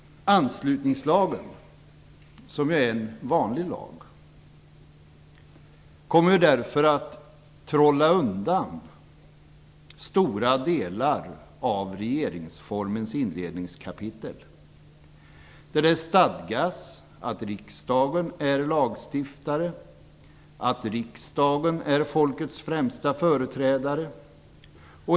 Anslutningslagen, som är en vanlig lag, kommer därför att trolla undan stora delar av regeringsformens inledningskapitel, där det stadgas att riksdagen är lagstiftare, att riksdagen är folkets främsta företrädare.